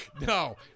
No